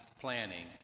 planning